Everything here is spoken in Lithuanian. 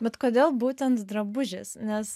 bet kodėl būtent drabužis nes